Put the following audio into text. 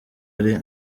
ari